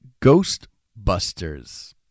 Ghostbusters